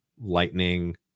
lightning